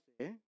say